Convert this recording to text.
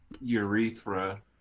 urethra